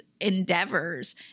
endeavors